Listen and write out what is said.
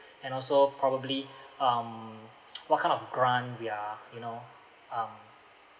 and also probably um what kind of grant we are you know um